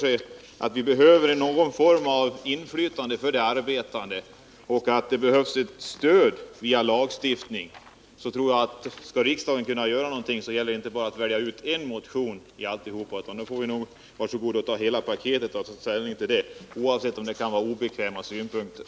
Vi måste åstadkomma någon form av inflytande för de arbetande och ge dem ett stöd via lagstiftning, men om riksdagen skall kunna göra någonting i det avseendet gäller det att inte bara välja ut en motion bland alla de andra och bara behandla den. Vi får nog vara så goda och ta ställning till hela paketet, oavsett om det innehåller obekväma synpunkter.